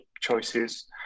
choices